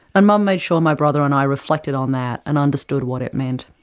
and mum made sure my brother and i reflected on that, and understood what it meant.